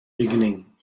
beginning